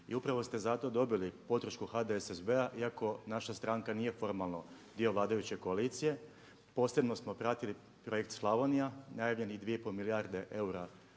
i upravo ste zato dobili podršku HDSSB-a iako naša stranka nije formalno dio vladajuće koalicije, posebno smo pratili projekt Slavonija, najavljenih 2,5 milijarde eura